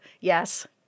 yes